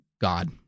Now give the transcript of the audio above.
God